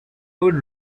would